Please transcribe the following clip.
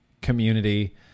community